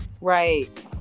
Right